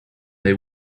they